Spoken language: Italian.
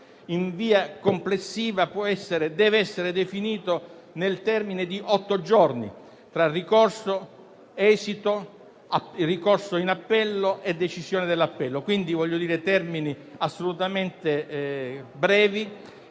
in via complessiva, deve essere definito nel termine di otto giorni: tra ricorso, esito, ricorso in appello e decisione dell'appello; quindi, termini assolutamente brevi,